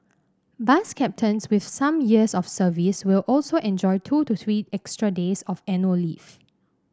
bus captains with some years of service will also enjoy two to three extra days of annual leave